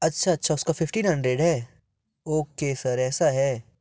अच्छा अच्छा उसका फ़िफ़्टीन हंड्रेड है ओके सर ऐसा है